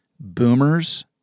Boomers